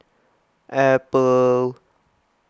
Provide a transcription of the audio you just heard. Apple